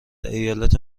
ایالت